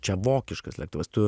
čia vokiškas lėktuvas tu